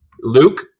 Luke